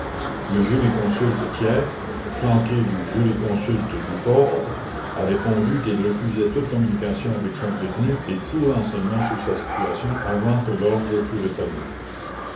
le jurisconsulte thiers flanqué du jurisconsulte dufaure a répondu qu'il refusait toute communication avec son détenu et tout renseignement sur sa situation avant que l'ordre fût rétabli